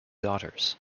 daughters